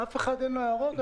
לאף אחד אין הערות?